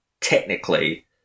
technically